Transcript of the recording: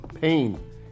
pain